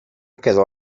quedó